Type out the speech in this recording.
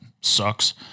sucks